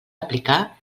aplicar